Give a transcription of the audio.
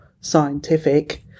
scientific